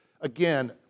again